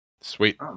Sweet